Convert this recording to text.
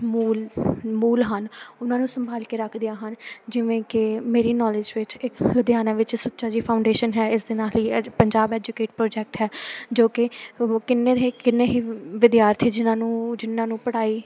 ਮੂਲ ਮੂਲ ਹਨ ਉਹਨਾਂ ਨੂੰ ਸੰਭਾਲ ਕੇ ਰੱਖਦੀਆਂ ਹਨ ਜਿਵੇਂ ਕਿ ਮੇਰੀ ਨੌਲੇਜ ਵਿੱਚ ਇੱਕ ਲੁਧਿਆਣਾ ਵਿੱਚ ਸੁੱਚਾ ਜੀ ਫਾਊਂਡੇਸ਼ਨ ਹੈ ਇਸ ਦੇ ਨਾਲ ਹੀ ਐਜ ਪੰਜਾਬ ਐਜੂਕੇਟ ਪ੍ਰੋਜੈਕਟ ਹੈ ਜੋ ਕਿ ਕਿੰਨੇ ਦੇ ਕਿੰਨੇ ਹੀ ਵਿਦਿਆਰਥੀ ਜਿਹਨਾਂ ਨੂੰ ਜਿਹਨਾਂ ਨੂੰ ਪੜ੍ਹਾਈ